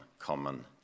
common